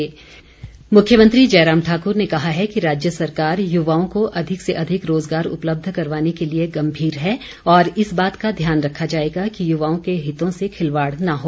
प्रतिनिधिमण्डल मुख्यमंत्री जयराम ठाकुर ने कहा है कि राज्य सरकार युवाओं को अधिक से अधिक रोजगार उपलब्ध करवाने के लिए गम्भीर है और इस बात का ध्यान रखा जाएगा कि युवाओं के हितों से खिलवाड़ न हो